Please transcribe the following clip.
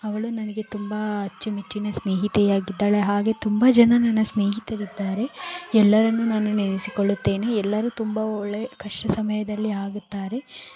ಅವಳು ನನಗೆ ತುಂಬ ಅಚ್ಚುಮೆಚ್ಚಿನ ಸ್ನೇಹಿತೆಯಾಗಿ ಇದ್ದಾಳೆ ಹಾಗೆಯೇ ತುಂಬ ಜನ ನನ್ನ ಸ್ನೇಹಿತರಿದ್ದಾರೆ ಎಲ್ಲರನ್ನೂ ನಾನು ನೆನೆಸಿಕೊಳ್ಳುತ್ತೇನೆ ಎಲ್ಲರೂ ತುಂಬ ಒಳ್ಳೆಯ ಕಷ್ಟದ ಸಮಯದಲ್ಲಿ ಆಗುತ್ತಾರೆ